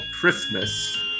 Christmas